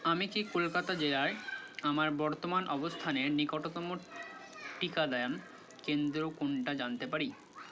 আমি কি কলকাতা জেলায় আমার বর্তমান অবস্থানের নিকটতম টিকাদান কেন্দ্র কোনটা জানতে পারি